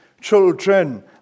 children